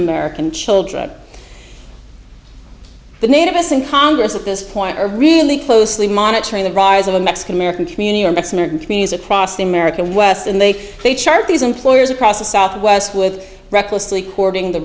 american children the native us in congress at this point are really closely monitoring the rise of a mexican american community or community cross the america west and they they charge these employers across the southwest with recklessly courting the